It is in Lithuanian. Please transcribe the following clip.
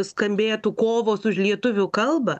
skambėtų kovos už lietuvių kalbą